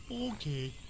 Okay